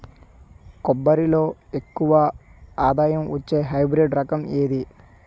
కొబ్బరి లో ఎక్కువ ఆదాయం వచ్చే హైబ్రిడ్ రకం ఏది?